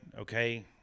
Okay